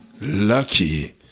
Lucky